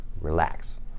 Relax